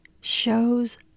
shows